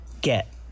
get